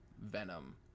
Venom